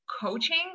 coaching